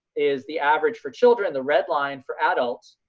is the average for children, the red line for adults.